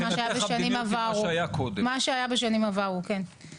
אני פניתי אליכם גם בשאילתות וגם פה וגם אני חושב שהיו